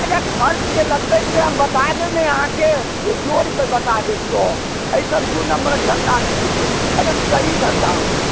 अच्छा खर्च जे लगतै से हम बता देब ने अहाँके ओ जोड़ि कऽ बता देब सब एहिठाम दू नम्बरक धन्धा नहि होइत छै एहिठाम सही धन्धा होइत छै